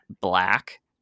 black